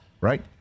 Right